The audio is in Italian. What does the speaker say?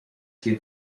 che